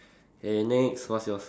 eh next what's your